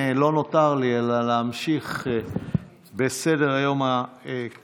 לא נותר לי אלא להמשיך בסדר-היום הכללי,